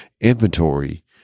inventory